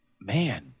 Man